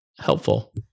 helpful